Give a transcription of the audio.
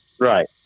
Right